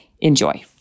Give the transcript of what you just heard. Enjoy